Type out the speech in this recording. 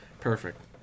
Perfect